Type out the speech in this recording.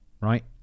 right